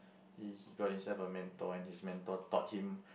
he he got himself a mentor and his mentor taught him